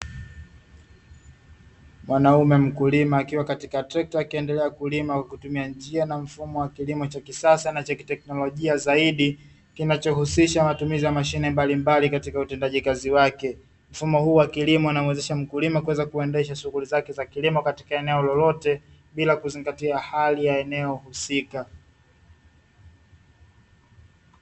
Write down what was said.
Mwanaume mkulima akiwa katika trekta akiendelea kulima kwa kutumia njia na mfumo wa kisasa na cha kiteknolojia zaidi, kinacho husisha matumizi ya mashine mbalimbali katika utendaji kazi wake, mfumo huu wa kilimo unamuwezesha mkulima kuweza kuendesha shughuli zake za kilimo katika eneo lolote, bila kuzingatia hali ya eneo husika.